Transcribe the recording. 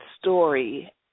story